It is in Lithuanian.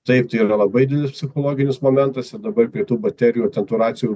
taip tai yra labai didelis psichologinis momentas ir dabar prie tų baterijų ir ten tų racijų